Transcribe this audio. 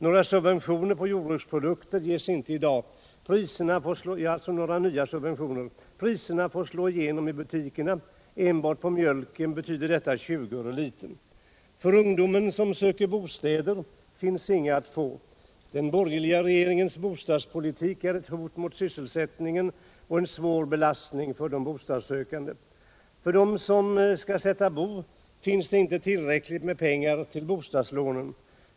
Några nya subventioner på jordbruksprodukter ges inte i dag. Priserna får slå igenom i butikerna. Enbart på mjölken betyder detta 20 öre litern. För ungdomen som söker bostäder finns inga att få. Den borgerliga regeringens bostadspolitik är ett hot mot sysselsättningen och en svår belastning för de bostadssökande. För dem som skall sätta bo finns inte tillräckligt med pengar till bostadslånen.